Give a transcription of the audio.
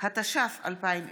הגדרת יהודי), התש"ף 2020,